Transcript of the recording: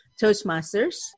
Toastmasters